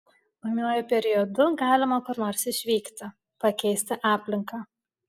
ūmiuoju periodu galima kur nors išvykti pakeisti aplinką